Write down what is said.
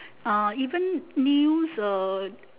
uh even news uh